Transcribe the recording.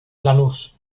lanús